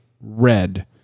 red